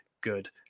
good